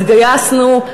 התגייסנו,